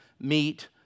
meet